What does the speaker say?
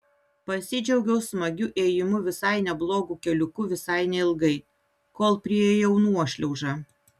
pasidžiaugiau smagiu ėjimu visai neblogu keliuku visai neilgai kol priėjau nuošliaužą